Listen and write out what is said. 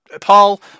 Paul